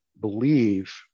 believe